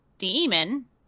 demon